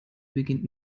beginnt